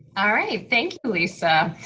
all right, thank you lisa.